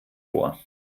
vor